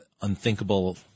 unthinkable